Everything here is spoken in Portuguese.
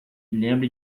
lembre